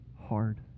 hard